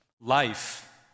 life